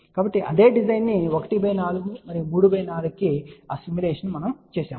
కాబట్టి అదే డిజైన్ ను ¼ మరియు ¾ కి ఆ సిమ్యులేషన్ మనము చేసాము